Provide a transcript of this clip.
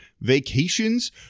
vacations